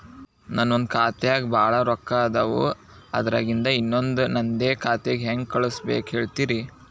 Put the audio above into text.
ನನ್ ಒಂದ್ ಖಾತ್ಯಾಗ್ ಭಾಳ್ ರೊಕ್ಕ ಅದಾವ, ಅದ್ರಾಗಿಂದ ಇನ್ನೊಂದ್ ನಂದೇ ಖಾತೆಗೆ ಹೆಂಗ್ ಕಳ್ಸ್ ಬೇಕು ಹೇಳ್ತೇರಿ?